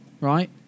right